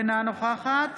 אינה נוכחת